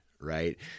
Right